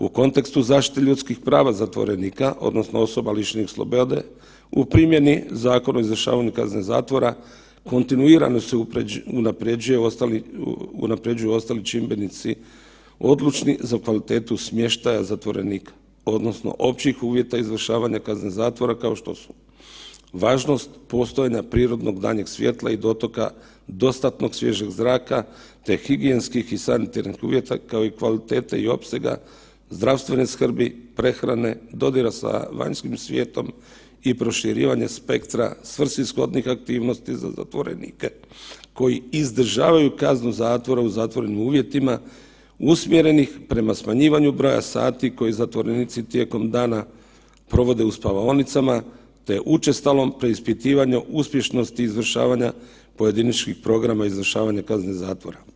U kontekstu zaštite ljudskih prava zatvorenika odnosno osoba lišenih slobode u primjeni Zakona o izvršavanju kazne zatvora kontinuirano se unapređuju ostali čimbenici odlučni za kvalitetu smještaja zatvorenika odnosno općih uvjeta izvršavanja kazne zatvora kao što su važnost postojanja prirodnog danjeg svjetla i dotoka dostatnog svježeg zraka, te higijenskih i sanitarnih uvjeta, kao i kvalitete i opsega zdravstvene skrbi, prehrane, dodira sa vanjskim svijetom i proširivanje spektra svrsishodnih aktivnosti za zatvorenike koji izdržavaju kaznu zatvora u zatvorenim uvjetima usmjerenih prema smanjivanju broja sati koji zatvorenici tijekom dana provode u spavaonicama, te učestalom preispitivanju uspješnosti izvršavanja pojedinačnih programa i izvršavanje kazne zatvora.